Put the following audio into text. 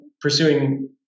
pursuing